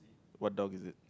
what dog is it